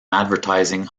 advertising